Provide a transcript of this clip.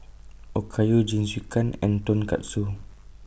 Okayu Jingisukan and Tonkatsu